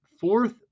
fourth